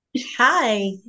Hi